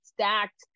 stacked